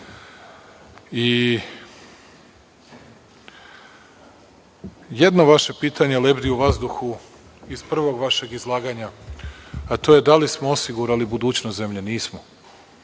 vaše pitanje lebdi u vazduhu iz prvog vašeg izlaganja, a to je - da li smo osigurali budućnost zemlje? Nismo,